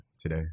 today